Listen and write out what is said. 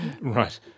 Right